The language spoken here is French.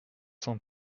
cent